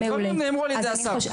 והדברים נאמרו על-ידי השר.